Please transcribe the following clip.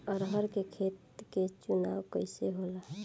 अरहर के खेत के चुनाव कइसे होला?